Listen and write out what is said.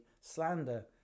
slander